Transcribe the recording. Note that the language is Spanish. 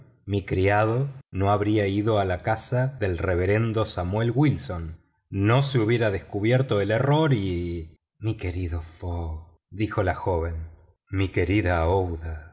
mi criado no habría ido a casa del reverendo samuel wilson no se hubiera descubierto el error y mi querido fogg dijo la joven mi querida